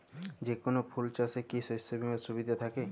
যেকোন ফুল চাষে কি শস্য বিমার সুবিধা থাকে?